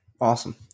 Awesome